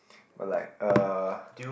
but like uh